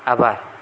આભાર